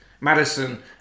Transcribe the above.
Madison